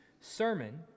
sermon